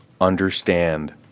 understand